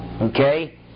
okay